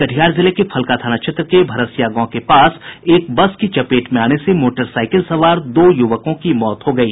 कटिहार जिले के फलका थाना क्षेत्र के भरसिया गांव के पास एक बस की चपेट में आने से एक मोटरसाईकिल सवार दो युवकों की मौत हो गयी